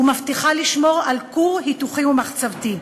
ומבטיחה לשמור על כור היתוכי ומחצבתי,